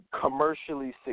commercially